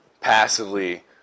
passively